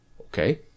okay